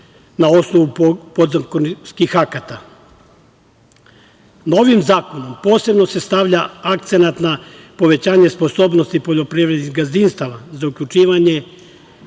na osnovu podzakonskih akata. Novim zakonom, posebno se stavlja akcenat na povećanje sposobnosti poljoprivrednih gazdinstava, zaključivanje